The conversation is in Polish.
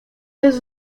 bez